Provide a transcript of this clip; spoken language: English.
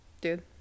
dude